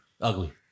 Ugly